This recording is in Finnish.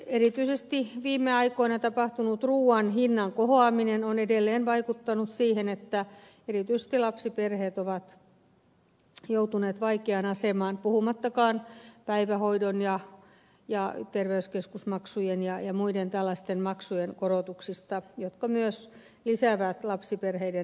erityisesti viime aikoina tapahtunut ruuan hinnan kohoaminen on edelleen vaikuttanut siihen että etenkin lapsiperheet ovat joutuneet vaikeaan asemaan puhumattakaan päivähoidon ja terveyskeskusmaksujen ja muiden tällaisten maksujen korotuksista jotka myös lisäävät lapsiperheiden rasitusta